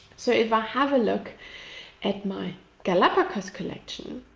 so, if i have a look at my galapagos collection.